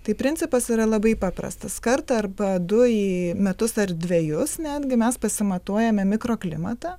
tai principas yra labai paprastas kartą arba du į metus ar dvejus netgi mes pasimatuojame mikroklimatą